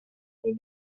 they